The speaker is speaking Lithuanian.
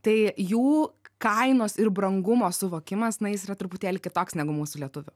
tai jų kainos ir brangumo suvokimas na jis yra truputėlį kitoks negu mūsų lietuvių